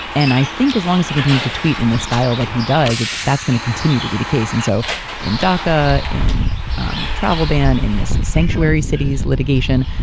and i think as long as he continues to tweet in the style that he does, that's gonna continue to be the case. and so in daca, in um travel ban, in this sanctuary cities litigation,